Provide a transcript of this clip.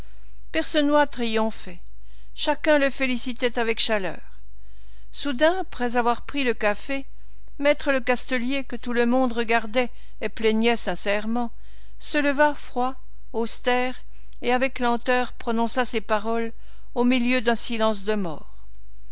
percenoix triomphait chacun le félicitait avec chaleur soudain après avoir pris le café me lecastelier que tout le monde regardait et plaignait sincèrement se leva froid austère et avec lenteur prononça ces paroles au milieu d'un silence de mort